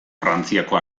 frantziako